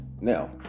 Now